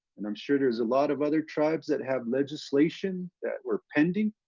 and i'm sure there's a lot of other tribes that have legislation that were pending.